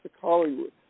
Hollywood